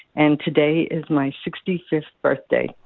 and today is my sixty fifth birthday.